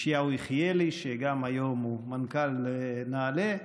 ישעיהו יחיאלי, שהיום הוא מנכ"ל נעל"ה,